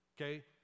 Okay